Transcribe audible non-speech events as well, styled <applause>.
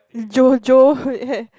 JoJo <laughs>